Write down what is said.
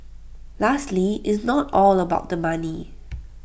lastly it's not all about the money